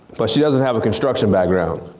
but she doesn't have a construction background.